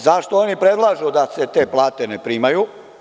Zašto oni predlažu da se te plate ne primaju?